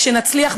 כשנצליח,